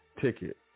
ticket